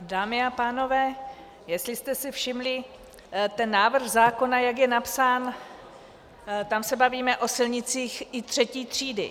Dámy a pánové, jestli jste si všimli, ten návrh zákona, jak je napsán, tam se bavíme o silnicích i III. třídy.